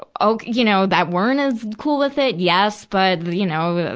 oh, you know, that weren't as cool with it? yes. but, you know,